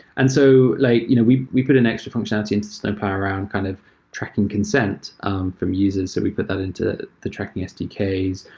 and so like you know we we put an extra functionality into snowplow around kind of tracking consent um from users. so we put that into the tracking sdks.